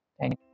Thank